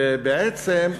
נכון,